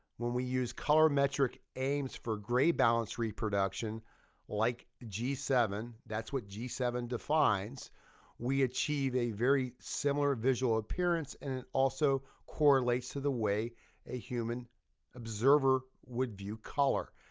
when we use color metric aims for gray balance reproduction like g seven that's what g seven defines we achieve a very similar visual appearance, and it also correlates to the way a human observer would view color.